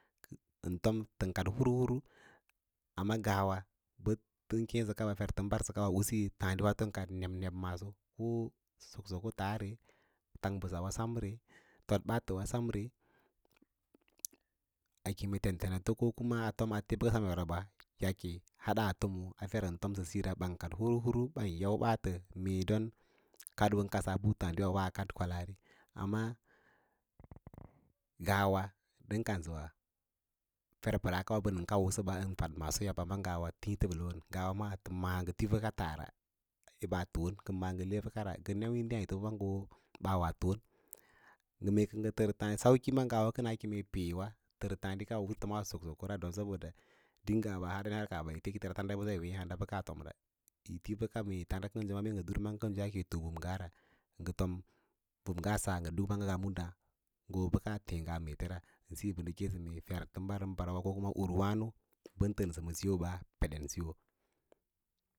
Ən tom təm kad hur hur amma ngawa u tən tomsiyo ferꞌusu tǎǎdiwa nto ən kad nebneb ko suksoko taare tang mbəsa too baatəwa san ra a kem ten tena ko koma a fom ate bə semyabra yaake hadda fomo a fer ən tomsəsiyo ra bân kad hur hur ɓan yʌu ɓaatə don kadoon kada puttǎǎdiwa kwalaari amma ngawa dən kansəwa fer pəraa wa akayi maaso, amma ngawa titi təblon maá ngə ti bəka tara ɓaa fon ngə maa ngə te ɓəkara ngən neu intíí yaage bâa waa foom mee kə ngə tər tǎǎdi sanko ngawawa kəna peewa tər tǎǎdi kawa tomaa sosoko ra ɗinggs wa har naso kaaba ete kəi təraa tanda yi wee handa bəka tom ra ti bəka mee nga tanda kənsi demaya bəbəngga ngə ɗurmaaga kənsi yaake toora mbə bəngga sa ngə duk maaga nga mu daã ngə bəka teẽ nga ma etera ndə siyo nə kěěsə mee tən mbar sən mbarwa ko kuna uruwǎno bən təənəsə ma siyo ba peden siyo.